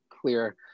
clear